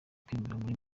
kwibumbira